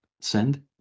send